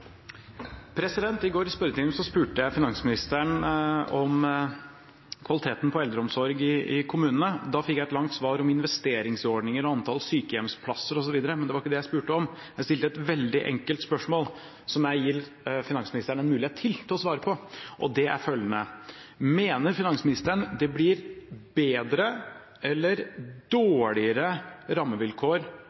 I går i spørretimen spurte jeg finansministeren om kvaliteten på eldreomsorgen i kommunene. Da fikk jeg et langt svar om investeringsordninger og antall sykehjemsplasser osv., men det var ikke det jeg spurte om. Jeg stilte et veldig enkelt spørsmål, som jeg gir finansministeren en mulighet til til å svare på: Mener finansministeren det blir bedre eller dårligere rammevilkår